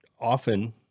often